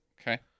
okay